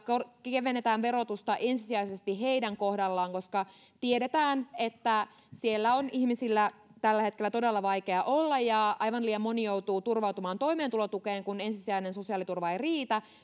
kevennetään verotusta ensisijaisesti heidän kohdallaan koska tiedetään että siellä on ihmisillä tällä hetkellä todella vaikea olla ja aivan liian moni joutuu turvautumaan toimeentulotukeen kun ensisijainen sosiaaliturva ei riitä